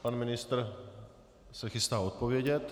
Pan ministr se chystá odpovědět.